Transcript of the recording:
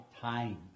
time